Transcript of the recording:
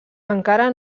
encara